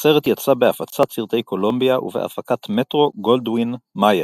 הסרט יצא בהפצת סרטי קולומביה ובהפקת מטרו גולדווין מאייר.